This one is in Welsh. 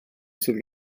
sydd